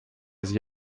sich